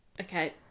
okay